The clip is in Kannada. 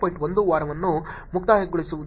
1 ವಾರವನ್ನು ಮುಕ್ತಾಯಗೊಳಿಸುತೇನೆ